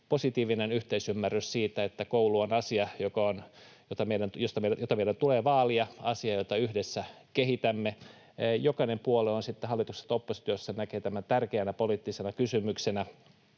positiivinen yhteisymmärrys siitä, että koulu on asia, jota meidän tulee vaalia, asia, jota yhdessä kehitämme. Jokainen puolue, on sitten hallituksessa tai oppositiossa, näkee tämän tärkeänä poliittisena kysymyksenä.